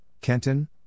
Kenton